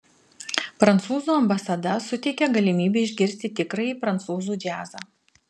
prancūzų ambasada suteikia galimybę išgirsti tikrąjį prancūzų džiazą